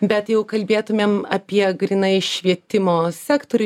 bet jau kalbėtumėm apie grynai švietimo sektorių